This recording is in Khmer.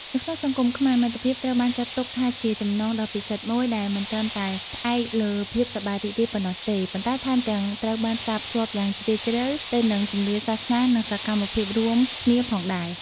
នៅក្នុងសង្គមខ្មែរ មិត្តភាពត្រូវបានចាត់ទុកថាជាចំណងដ៏ពិសិដ្ឋមួយ ដែលមិនត្រឹមតែផ្អែកលើភាពសប្បាយរីករាយប៉ុណ្ណោះទេ ប៉ុន្តែថែមទាំងត្រូវបានផ្សារភ្ជាប់យ៉ាងជ្រាលជ្រៅទៅនឹងជំនឿសាសនា និងសកម្មភាពរួមគ្នាផងដែរ។